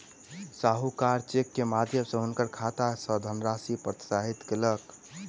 साहूकार चेक के माध्यम सॅ हुनकर खाता सॅ धनराशि प्रत्याहृत कयलक